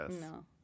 No